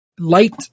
Light